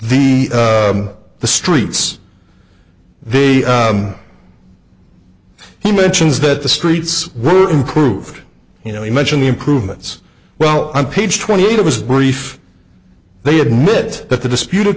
the the streets they he mentions that the streets were improved you know you mentioned the improvements well on page twenty eight of his brief they admit that the disputed